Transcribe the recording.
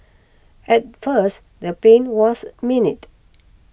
at first the pain was minute